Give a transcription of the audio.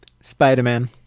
spider-man